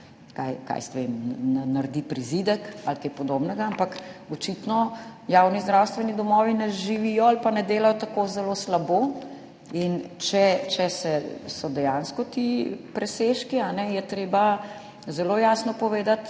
jaz vem, naredi prizidek ali kaj podobnega. Ampak očitno javni zdravstveni domovi ne živijo ali pa ne delajo tako zelo slabo. In če so dejansko ti presežki, je treba zelo jasno povedati,